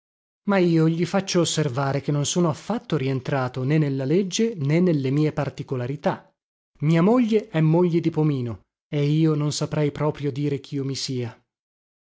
ma io gli faccio osservare che non sono affatto rientrato né nella legge né nelle mie particolarità mia moglie è moglie di pomino e io non saprei proprio dire chio mi sia